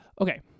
Okay